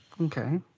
Okay